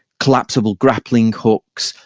collapsible grappling hooks,